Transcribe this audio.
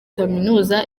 kaminuza